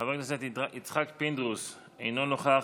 חבר הכנסת יצחק פינדרוס, אינו נוכח,